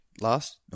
last